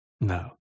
No